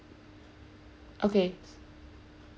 okay